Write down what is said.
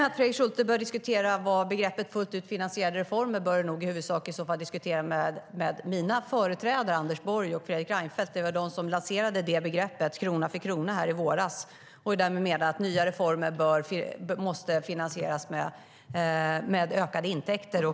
Fru talman! Vad begreppet fullt ut finansierade reformer innebär bör Fredrik Schulte i huvudsak diskutera med mina företrädare Anders Borg och Fredrik Reinfeldt. Det var de som lanserade begreppet krona för krona i våras och menade att nya reformer måste finansieras med ökade intäkter.